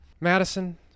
Madison